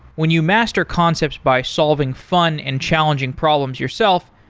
when you master concepts by solving fun and challenging problems yourself,